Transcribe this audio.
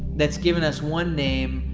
that's given us one name,